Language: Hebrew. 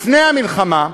לפני המלחמה,